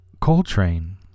Coltrane